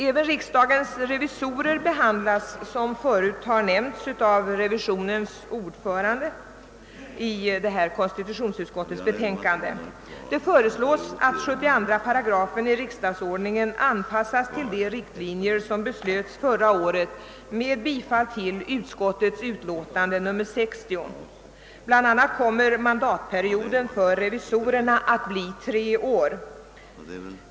Som tidigare nämnts av revisionens ordförande behandlas även riksdagens revisorer i konstitutionsutskottets betänkande. Det föreslås att § 72 riksdagsordningen anpassas till de riktlinjer som beslöts förra året med bifall till utskottets utlåtande nr 60. Bland annat kommer mandatperioden för revisorerna att bli tre år.